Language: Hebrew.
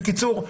בקיצור,